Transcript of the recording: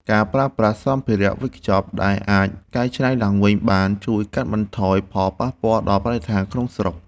ការប្រើប្រាស់សម្ភារវេចខ្ចប់ដែលអាចកែច្នៃឡើងវិញបានជួយកាត់បន្ថយផលប៉ះពាល់ដល់បរិស្ថានក្នុងស្រុក។